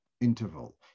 interval